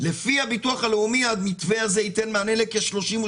לפי הביטוח הלאומי המתווה הזה ייתן מענה לכ-32%,